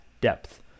depth